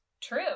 true